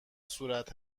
صورت